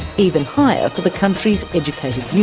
even higher for the country's educated youth.